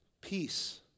Peace